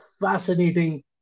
fascinating